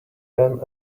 them